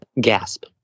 Gasp